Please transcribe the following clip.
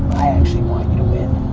i actually want you to win.